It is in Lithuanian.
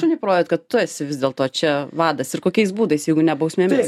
šuniui parodyt kad tu esi vis dėlto čia vadas ir kokiais būdais jeigu ne bausmėmis